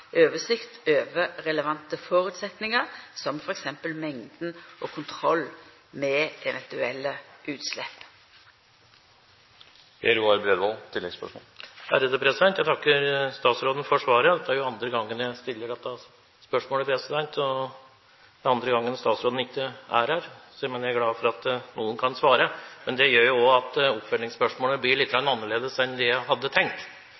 oversikt over relevante føresetnader, som f.eks. mengda av og kontrollen med eventuelle utslepp. Jeg takker statsråden for svaret. Det er andre gangen jeg stiller dette spørsmålet, og det er andre gangen fagstatsråden ikke er her – men jeg er glad for at noen kan svare. Men det gjør jo også at oppfølgingsspørsmålet blir litt annerledes enn det jeg hadde tenkt.